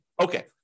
Okay